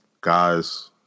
guys